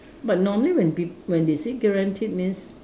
but normally when peo~ when they say guaranteed means